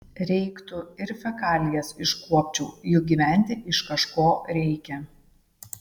reiktų ir fekalijas iškuopčiau juk gyventi iš kažko reikia